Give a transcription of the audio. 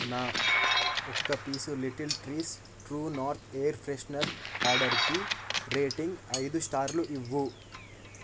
నా ఒక piece little trees true north air freshener ఆర్డరుకి రేటింగ్ ఐదు స్టార్లు ఇవ్వు